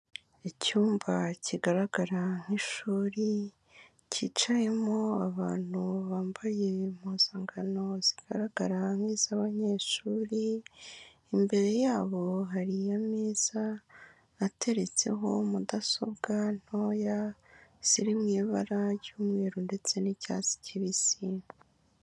Icyumba kigaragara nk'ishuri, cyicayemo abantu bambaye impuzangano zigaragara nk'iz'abanyeshuri, imbere yabo hari ameza, ateretseho mudasobwa ntoya, ziri mu ibara ry'umweru ndetse n'icyatsi kibisi.